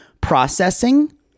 processing